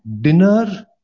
dinner